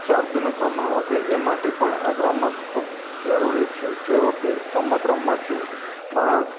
ચરબીનું પ્રમાણ વધે એ માટે પણ આ રમત ખૂબ જરૂરી છે જેવો કે રમત રમવાથી માણસ